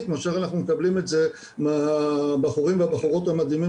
מאשר אנחנו מקבלים את זה מהבחורים והבחורות המדהימים